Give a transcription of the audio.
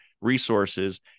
Resources